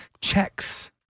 checks